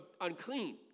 unclean